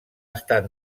estat